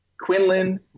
Quinlan